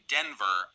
Denver